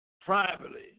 privately